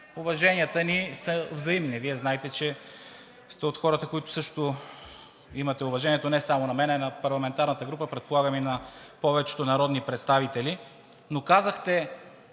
уваженията ни са взаимни. Вие знаете, че сте от хората, които също имате уважението не само на мен, а на парламентарната група, предполагам и на повечето народни представители,